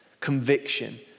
conviction